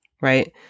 right